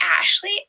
ashley